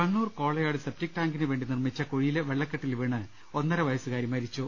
Kannur Kolayad septic ടാങ്കിന് വേണ്ടി നിർമ്മിച്ച കുഴിയിലെ വെളളക്കെട്ടിൽ വീണ് ഒന്നര വയ സ്സുകാരി മരിച്ചു